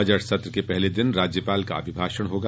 budget सत्र के पहले दिन राज्यपाल का अभिभाषण होगा